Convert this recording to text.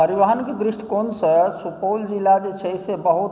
परिवहनके दृष्टिकोणसँ सुपौल जिला जे छै से बहुत